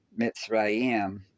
mitzrayim